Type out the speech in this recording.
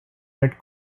mid